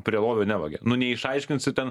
prie lovio nevagia nu neišaiškinsi ten